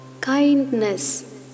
kindness